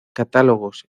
catálogos